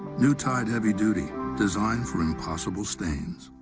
new tide heavy duty. designed for impossible stains.